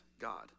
God